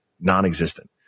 non-existent